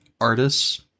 artists